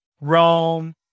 Rome